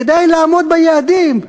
כדי לעמוד ביעדים.